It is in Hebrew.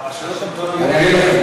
אני אגיד,